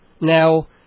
Now